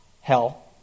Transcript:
Hell